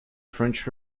french